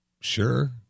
sure